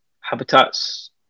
habitats